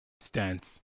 stance